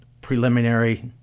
preliminary